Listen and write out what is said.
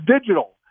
digital